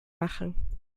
machen